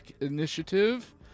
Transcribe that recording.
initiative